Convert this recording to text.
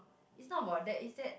it's not about that it's that